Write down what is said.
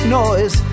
noise